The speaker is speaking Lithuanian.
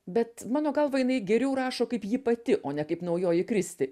bet mano galva jinai geriau rašo kaip ji pati o ne kaip naujoji kristi